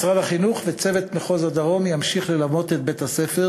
משרד החינוך וצוות מחוז הדרום ימשיכו ללוות את בית-הספר